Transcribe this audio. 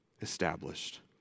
established